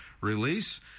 release